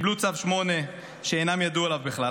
-- אמן, קיבלו צו 8 שלא ידעו עליו בכלל.